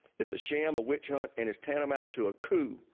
it's a sham, a witch hunt, and it's tantamount to a coup.